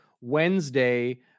Wednesday